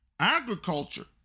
agriculture